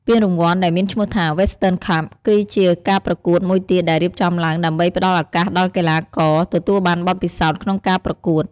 ពានរង្វាន់ ដែលមានឈ្មោះថា វេស្ទឺន ខាប់ គឺជាការប្រកួតមួយទៀតដែលរៀបចំឡើងដើម្បីផ្ដល់ឱកាសដល់កីឡាករទទួលបានបទពិសោធន៍ក្នុងការប្រកួត។